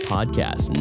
Podcast